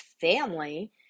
family